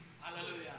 Hallelujah